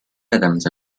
rhythms